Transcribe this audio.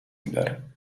میدارد